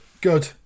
Good